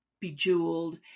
bejeweled